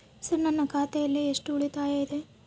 Sir ನನ್ನ ಖಾತೆಯಲ್ಲಿ ಎಷ್ಟು ಉಳಿತಾಯ ಇದೆ?